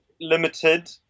limited